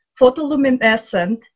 photoluminescent